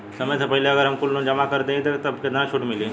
समय से पहिले अगर हम कुल लोन जमा कर देत हई तब कितना छूट मिली?